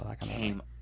came